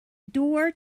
door